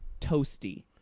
toasty